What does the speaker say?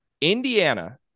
Indiana